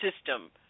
system